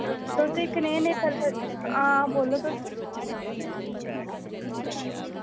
तुसें कनेह् नेह् कलर हां बोल्लो तुस